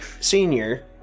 senior